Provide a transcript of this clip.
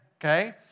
okay